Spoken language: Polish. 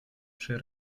przy